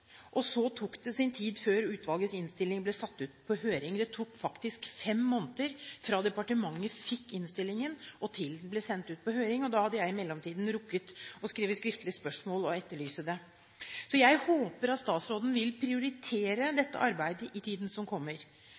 og så tok det sin tid før utvalgets innstilling ble sendt ut på høring. Det tok faktisk fem måneder fra departementet fikk innstillingen og til den ble sendt ut på høring, og da hadde jeg i mellomtiden rukket å sende skriftlig spørsmål og etterlyse dette. Så jeg håper at statsråden vil prioritere dette arbeidet i tiden som kommer.